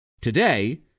Today